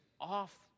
off